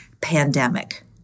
pandemic